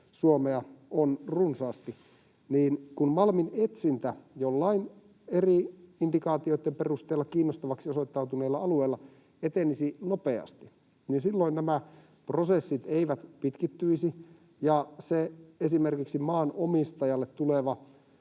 Suomea on runsaasti... Kun malminetsintä joillakin, eri indikaatioitten perusteella kiinnostaviksi osoittautuneilla alueilla etenisi nopeasti, niin silloin eivät pitkittyisi nämä prosessit eikä pitkittyisi se esimerkiksi maanomistajalle tuleva